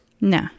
No